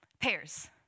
pairs